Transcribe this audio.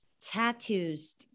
tattoos